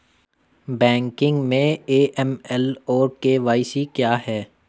Banking में AML और KYC क्या हैं?